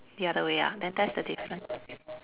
the other way ah then that's the difference